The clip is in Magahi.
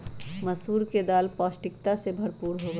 मसूर के दाल पौष्टिकता से भरपूर होबा हई